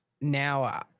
now